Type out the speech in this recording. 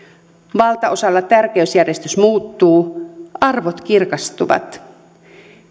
valtaosalla tärkeysjärjestys muuttuu arvot kirkastuvat